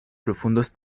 profundos